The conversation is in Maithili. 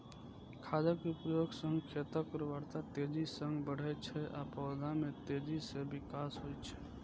खादक उपयोग सं खेतक उर्वरता तेजी सं बढ़ै छै आ पौधा मे तेजी सं विकास होइ छै